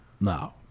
No